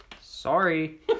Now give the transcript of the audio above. Sorry